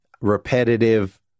repetitive